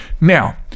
Now